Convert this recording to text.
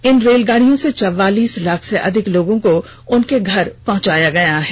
इन रेलगाड़ियों से चौवालीस लाख से ज्यादा लोगों को उनके घर पहुंचाया गया है